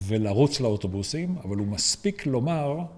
ולרוץ לאוטובוסים, אבל הוא מספיק לומר.